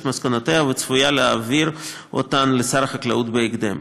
את מסקנותיה וצפוי שתעביר אותן לשר החקלאות בהקדם.